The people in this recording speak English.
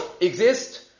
exist